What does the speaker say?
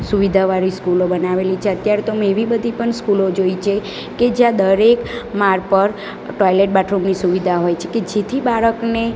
સુવિધાવાળી સ્કૂલો બનાવેલી છે અત્યારે તો મેં એવી બધી પણ સ્કૂલો જોઈ છે કે જ્યાં દરેક માળ પર ટોયલેટ બાથરૂમની સુવિધા હોય છે કે જેથી બાળકને